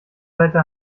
seite